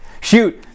Shoot